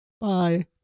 Bye